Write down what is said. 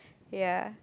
ya